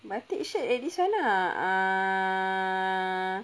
batik shirt at this one ah uh